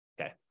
Okay